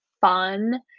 fun